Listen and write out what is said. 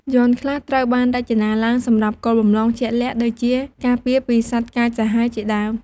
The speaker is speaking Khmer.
យ័ន្តខ្លះត្រូវបានរចនាឡើងសម្រាប់គោលបំណងជាក់លាក់ ដូចជាការពារពីសត្វកាចសាហាវជាដើម។